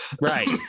right